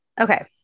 Okay